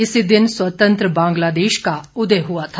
इसी दिन स्वतंत्र बांग्लादेश का उदय हुआ था